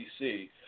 DC